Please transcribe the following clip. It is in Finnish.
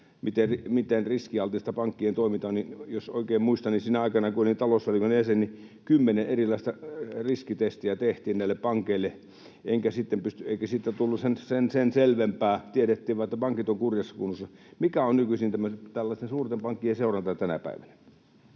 miten riskialtista pankkien toiminta on, niin jos oikein muistan, niin sinä aikana, kun olin talousvaliokunnan jäsen, kymmenen erilaista riskitestiä tehtiin näille pankeille, eikä siitä tullut sen selvempää — tiedettiin vain, että pankit ovat kurjassa kunnossa. Millaista on tällaisten suurten pankkien seuranta tänä päivänä?